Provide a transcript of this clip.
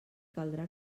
caldrà